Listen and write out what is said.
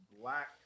black